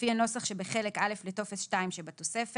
לפי הנוסח שבחלק א' לטופס 2 שבתוספת,